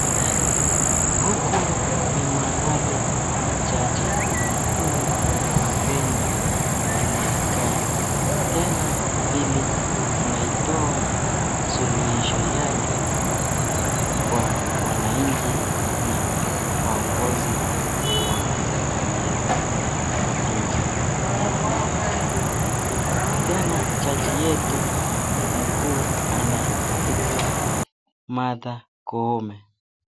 Huku ni mahali jaji mkuu wa Kenya anakaa. Tena hili anaitoa suluhisho yake kwa wananchi na viongozi wa serikali yetu ya nchi yetu ya Kenya. Tena jaji yetu mkuu anaitwa Martha Koome.